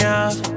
out